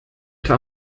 etwa